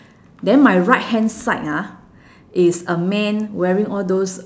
then my right hand side ah is a man wearing all those